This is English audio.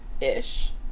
Ish